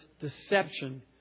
deception